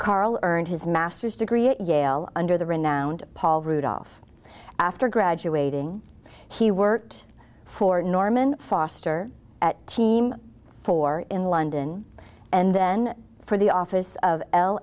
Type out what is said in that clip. carl earned his master's degree at yale under the renowned paul rudolf after graduating he worked for norman foster at team four in london and then for the office of l